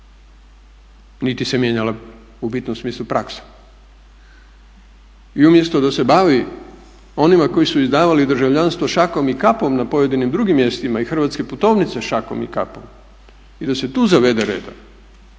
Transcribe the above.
niti se mijenjala u bitnom smislu praksa. I umjesto da se bavi onima koji su izdavali državljanstvo šakom i kapom na pojedinim drugim mjestima i hrvatske putovnice šakom i kapom i da se tu zavede reda